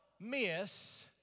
Miss